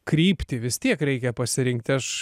kryptį vis tiek reikia pasirinkti aš